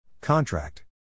Contract